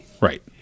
Right